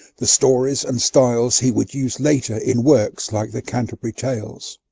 the stories and styles he would use later in works like the canterbury tales.